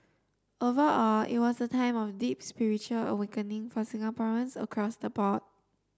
overall it was a time of deep spiritual awakening for Singaporeans across the board